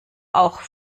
auch